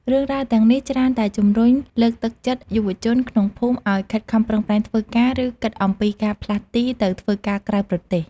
រឿងរ៉ាវទាំងនេះច្រើនតែជំរុញលើកទឹកចិត្តយុវជនក្នុងភូមិឲ្យខិតខំប្រឹងប្រែងធ្វើការ ឬគិតអំពីការផ្លាស់ទីទៅធ្វើការក្រៅប្រទេស។